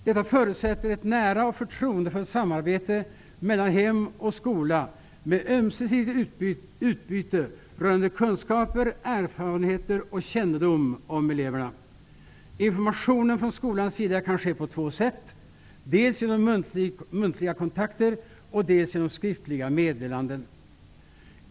Detta förutsätter ett nära och förtroendefullt samarbete mellan hem och skola med ömsesidigt utbyte rörande kunskaper, erfarenheter och kännedom om eleverna. Informationen från skolans sida kan ske på två sätt, dels genom muntliga kontakter, dels genom skriftliga meddelanden.